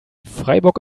freiburg